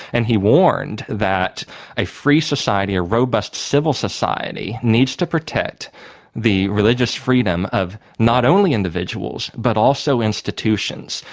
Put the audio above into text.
and he warned that a free society, a robust civil society, needs to protect the religious freedom of not only individuals but also institutions.